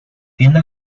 tiende